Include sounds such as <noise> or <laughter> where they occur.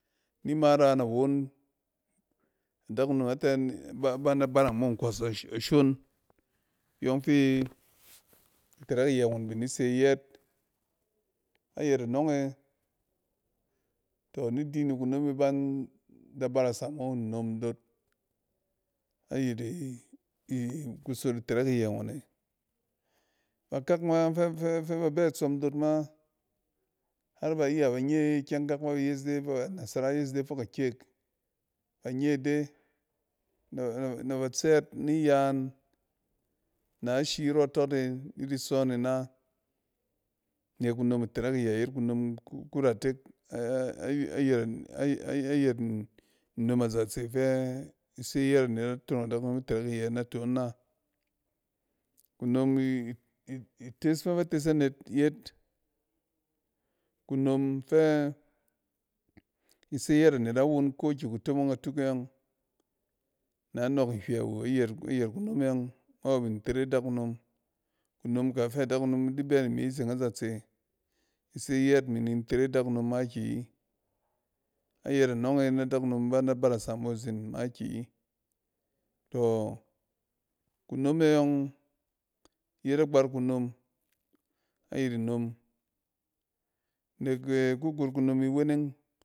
Ni ma ran awon adakunom n ate <hesitation> ban da barang da mo nkos ash-ashon. iyɔng fi itɛrɛk iyɛ ngɔn da bin di se yɛɛt. Ayɛt a nɔng e, tɔ ni di ni kunome ban da barasa mo nnom dot. A yit <hesitation> kusot itɛrɛk iyɛ ngɔne, bakak ma fɛ-fɛ fɛ ba bɛ itsɔm dot ma, har ba iya ban ye ikyɛng kak fɛ ba yes ide fok ɛ, a nasara yeside fok a kek. Ba nye de na-naba tsɛɛt ni yan, na shi rɔtɔte nidi sɔn ina nek kunom itɛrɛk iyɛ yet kanom ku ratek <hesitation> ayɛt nnom azatse fɛ ise yɛt anet na tonong adakunom itɛrɛk iyɛ naton na. kunon i-ites fɛ bates anet, yet kunom fɛ ise yɛɛt anet da won ko kɛ kutomong atuk e ɔng, nɛ nɔɔk nhywɛ wu ayɛt kunome ɔng nɔng ada bin tere adakunom kunom ka fɛ adakunom di bɛ ni mi zeng azatse. Ise yɛt imi ni ntere adakunom makiyi. Ayɛtɛ anɔng e na dakunom ban da barasa mo izen makiyi. Tɔ kunome yɔng yet agbat kunom ayit nnom, nekɛ ku got kunom iweneng.